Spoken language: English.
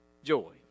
Joy